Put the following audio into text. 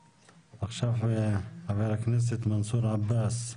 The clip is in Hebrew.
חבר הכנסת מנסור עבאס,